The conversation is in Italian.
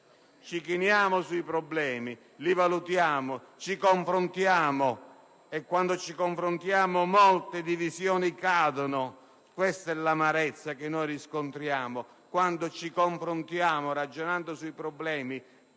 ci chiniamo sui problemi, li valutiamo, ci confrontiamo e quando lo facciamo molte divisioni cadono. Questa è l'amarezza che riscontriamo. Quando ci confrontiamo ragionando sui problemi